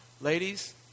Ladies